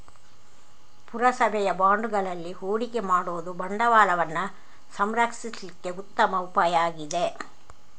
ಪುರಸಭೆಯ ಬಾಂಡುಗಳಲ್ಲಿ ಹೂಡಿಕೆ ಮಾಡುದು ಬಂಡವಾಳವನ್ನ ಸಂರಕ್ಷಿಸ್ಲಿಕ್ಕೆ ಉತ್ತಮ ಉಪಾಯ ಆಗಿದೆ